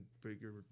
bigger